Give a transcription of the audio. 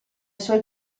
suoi